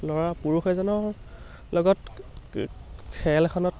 ল'ৰা পুৰুষ এজনৰ লগত খেল এখনত